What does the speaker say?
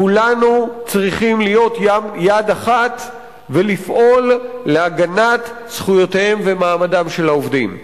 כולנו צריכים להיות יד אחת ולפעול להגנת זכויותיהם ומעמדם של העובדים.